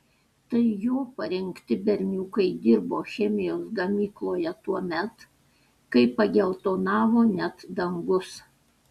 tai jo parinkti berniukai dirbo chemijos gamykloje tuomet kai pageltonavo net dangus